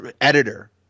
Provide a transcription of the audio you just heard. editor